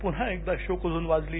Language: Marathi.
पुन्हा एकदा शोकधुन वाजली